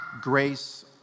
grace